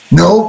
no